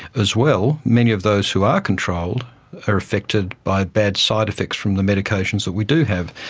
as well, many of those who are controlled are affected by bad side effects from the medications that we do have,